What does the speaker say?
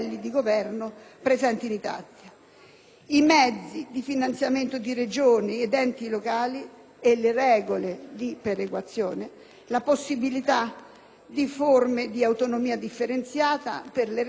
i mezzi di finanziamento di Regioni ed enti locali; le regole di perequazione e la possibilità di forme di autonomia differenziata per le Regioni a statuto ordinario.